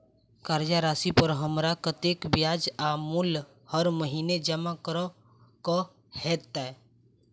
कर्जा राशि पर हमरा कत्तेक ब्याज आ मूल हर महीने जमा करऽ कऽ हेतै?